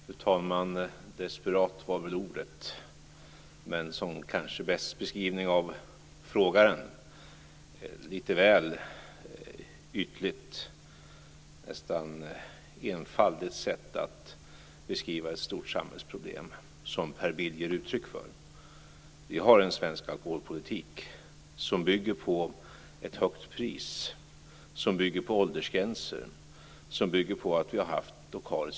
Fru talman! Desperat var väl ordet, men är kanske bäst en beskrivning av frågeställaren. Per Bill gav uttryck för ett lite väl ytligt, nästan enfaldigt sätt att beskriva ett stort samhällsproblem. Vi har en svensk alkoholpolitik som bygger på ett högt pris, åldersgränser och på ett systembolag.